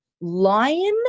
lion